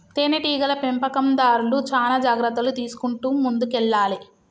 తేనె టీగల పెంపకందార్లు చానా జాగ్రత్తలు తీసుకుంటూ ముందుకెల్లాలే